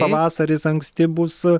pavasaris anksti bus